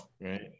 right